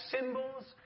symbols